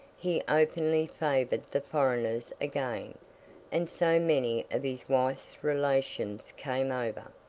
he openly favoured the foreigners again and so many of his wife's relations came over,